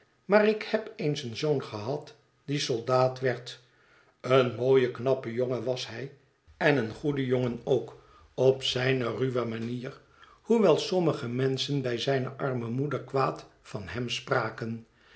maar ik heb eens een zoon gehad dié soldaat werd een mooie knappe jongen was hij en een goede jongen bij mijnheer tulkinghorn ook op zijne ruwe manier hoewel sommige menschen bij zijne arme moeder kwaad van hem spraken